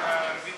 ההצעה